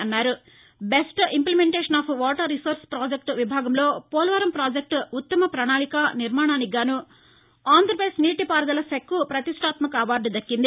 best implementation of water resource project విభాగంలో Polavaram project ఉత్తమ పణాళిక నిర్మాణానికిగానూ ఆంధ్రపదేశ్ నీటిపారుదల శాఖకు పతిష్టాత్మక ఈ అవార్డు దక్కింది